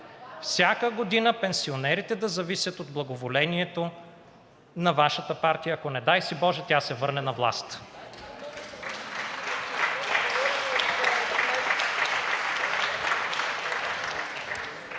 Всяка година пенсионерите да зависят от благоволението на Вашата партия, ако, не дай си боже, тя се върне на власт.